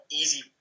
easy